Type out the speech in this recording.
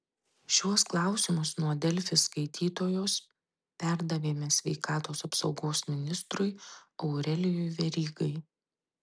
šiuos klausimus nuo delfi skaitytojos perdavėme sveikatos apsaugos ministrui aurelijui verygai